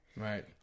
Right